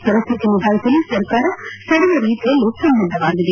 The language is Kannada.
ಪರಿಸ್ಟಿತಿ ನಿಭಾಯಿಸಲು ಸರ್ಕಾರ ಸರ್ವ ರೀತಿಯಲ್ಲೂ ಸನ್ನದ್ಧವಾಗಿದೆ